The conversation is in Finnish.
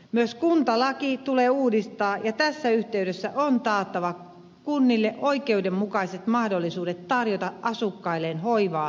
myös kuntalaki tulee uudistaa ja tässä yhteydessä on taattava kunnille oikeudenmukaiset mahdollisuudet tarjota asukkailleen hoivaa ja hoitoa